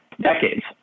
decades